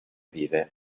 vive